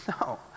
No